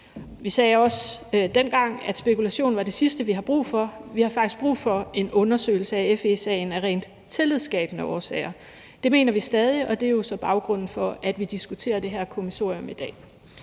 Vi sagde også dengang, at spekulation er det sidste, vi har brug for. Vi har faktisk brug for en undersøgelse af FE-sagen af rent tillidsskabende årsager. Det mener vi stadig, og det er jo så baggrunden for, at vi diskuterer det her kommissorium i dag.